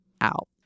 out